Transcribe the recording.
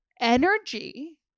energy